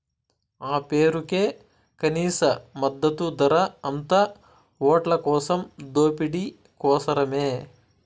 ఆ పేరుకే కనీస మద్దతు ధర, అంతా ఓట్లకోసం దోపిడీ కోసరమే